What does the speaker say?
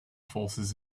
forces